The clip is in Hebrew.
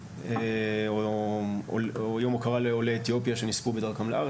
או יום הוקרה לעולי אתיופיה שנספו בדרכם לארץ,